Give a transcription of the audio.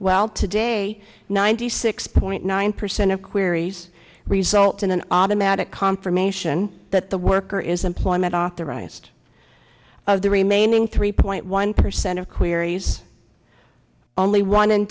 well today ninety six point nine percent of queries result in an automatic confirmation that the worker is employment authorized of the remaining three point one percent of queries only one in